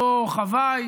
אותו חוואי